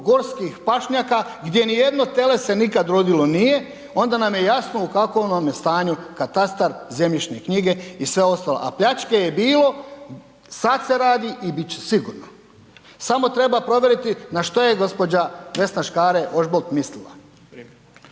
gorskih pašnjaka gdje nijedno tele se nikad rodilo nije, onda nam je jasno u kakvom nam je stanju katastar zemljišne knjige i sve ostalo, a pljačke je bilo, sad se radi i bit će sigurno, samo treba provjeriti na što je gđa. Vesna Škare Ožbolt mislila.